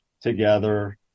together